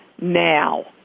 now